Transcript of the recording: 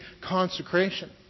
consecration